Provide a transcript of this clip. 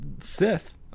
sith